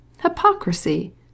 Hypocrisy